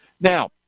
Now